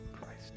Christ